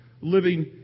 living